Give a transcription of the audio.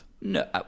no